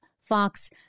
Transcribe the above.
Fox